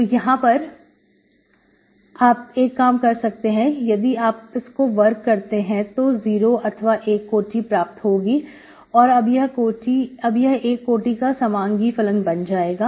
तो यहां पर आप एक काम कर सकते हैं यदि आप इसको वर्ग करते हैं तो 0 अथवा1 कोटी प्राप्त होगी और अब यह एक कोटि का समांगी फलन बन जाएगा